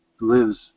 lives